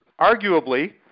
Arguably